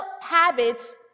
habits